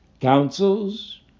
Councils